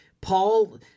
Paul